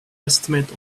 estimate